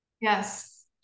Yes